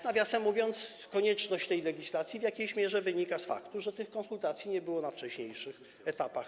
Nawiasem mówiąc, konieczność tej legislacji w jakiejś mierze wynika z faktu, że tych konsultacji nie było także na wcześniejszych etapach.